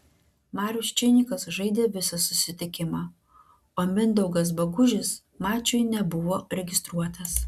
marius činikas žaidė visą susitikimą o mindaugas bagužis mačui nebuvo registruotas